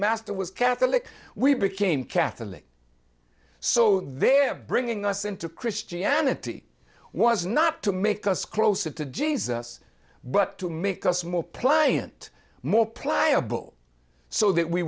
master was catholic we became catholic so they're bringing us into christianity was not to make us closer to jesus but to make us more pliant more pliable so that we